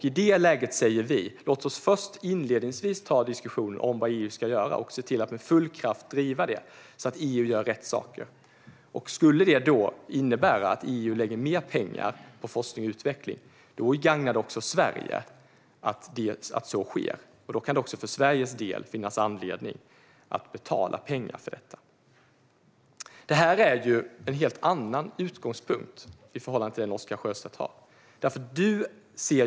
I det läget säger vi att vi inledningsvis ska ta diskussionen om vad EU ska göra och se till att vi med full kraft driver de frågorna så att EU gör rätt saker. Om det skulle innebära att EU lägger mer pengar på forskning och utveckling gagnar det också Sverige att så sker. Det kan då även för Sveriges del finnas anledning att betala för detta. Här är det en helt annan utgångspunkt i förhållande till den Oscar Sjöstedt har.